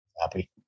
happy